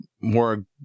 more